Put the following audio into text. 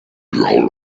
might